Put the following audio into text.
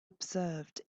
observed